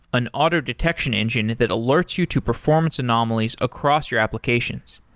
an auto-detection engine that alerts you to performance anomalies across your applications.